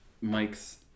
Mike's